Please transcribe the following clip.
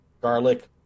garlic